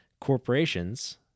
corporations